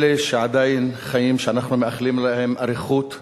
אלה שעדיין חיים, שאנחנו מאחלים להם אריכות חיים,